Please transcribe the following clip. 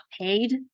paid